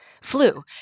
flu